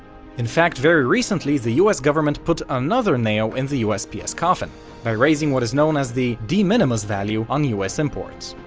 in fact, very recently the us government put another nail in the usps coffin by raising what is known as the de minimis value on us imports.